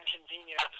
inconvenient